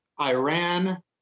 Iran